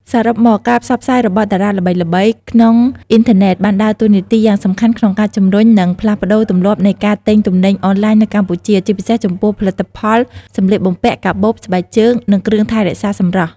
សរុបមក ការផ្សព្វផ្សាយរបស់តារាល្បីៗក្នុងអុីធឺណិតបានដើរតួនាទីយ៉ាងសំខាន់ក្នុងការជំរុញ និងផ្លាស់ប្តូរទម្លាប់នៃការទិញទំនិញអនឡាញនៅកម្ពុជា ជាពិសេសចំពោះផលិតផលសម្លៀកបំពាក់ កាបូប ស្បែកជើង និងគ្រឿងថែរក្សាសម្រស់។